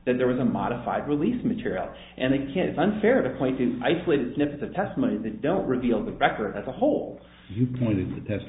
that there was a modified release material and they can it's unfair to point to an isolated snippets of testimony that don't reveal the record as a whole you pointed to test